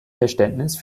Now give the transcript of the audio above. verständnis